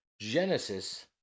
Genesis